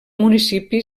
municipi